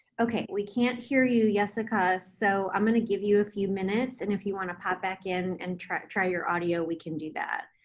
okay, we can't hear you, yesica, so i'm going to give you a few minutes, and if you want to pop back in and try try your audio we can do that.